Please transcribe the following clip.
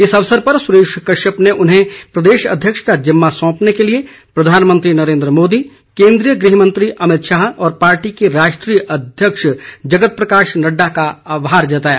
इस अवसर पर सुरेश कश्यप ने उन्हें प्रदेश अध्यक्ष का जिम्मा सौंपने के लिए प्रधानमंत्री नरेन्द्र मोदी केन्द्रीय गृहमंत्री अभित शाह और पार्टी के राष्ट्रीय अध्यक्ष जगत प्रकाश नड़डा का आभार जताया